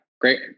great